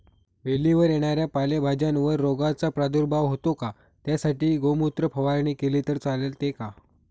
वेलीवर येणाऱ्या पालेभाज्यांवर रोगाचा प्रादुर्भाव होतो का? त्यासाठी गोमूत्र फवारणी केली तर चालते का?